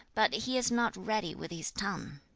but he is not ready with his tongue